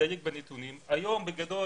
מדייק בנתונים היום, בגדול,